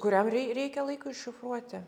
kuriam rei reikia laikui iššifruoti